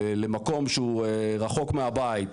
למקום שהוא רחוק מהבית,